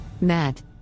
Matt